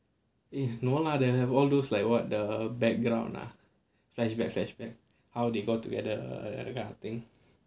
is~ no lah they have all those like what the background lah flashback flashback how they got together that kind of thing